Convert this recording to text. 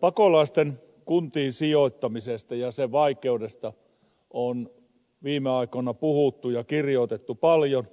pakolaisten kuntiin sijoittamisesta ja sen vaikeudesta on viime aikoina puhuttu ja kirjoitettu paljon